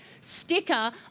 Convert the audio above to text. sticker